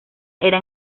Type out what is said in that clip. era